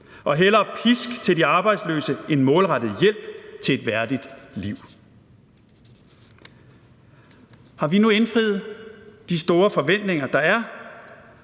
ville give pisk til de arbejdsløse end målrettet hjælp til et værdigt liv. Har vi nu indfriet de store forventninger, der er